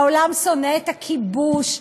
העולם שונא את הכיבוש,